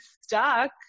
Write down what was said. stuck